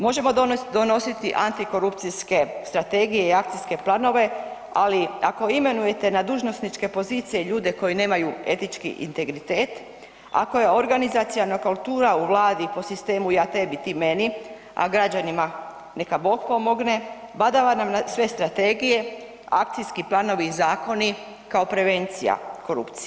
Možemo donositi antikorupcijske strategije i akcijske planove, ali ako imenujete na dužnosnike pozicije ljude koji nemaju etički integritet, ako je organizaciona kultura u Vladi po sistemu ja tebi, ti meni, a građanima neka Bog pomogne, badava nam sve strategije, akcijski planovi i zakoni kao prevencija korupciji.